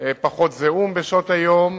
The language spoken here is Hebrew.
פחות זיהום בשעות היום,